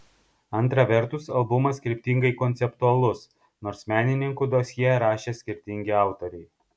antra vertus albumas kryptingai konceptualus nors menininkų dosjė rašė skirtingi autoriai